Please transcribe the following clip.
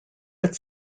but